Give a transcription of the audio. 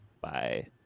Bye